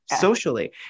socially